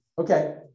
Okay